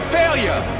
failure